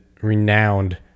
renowned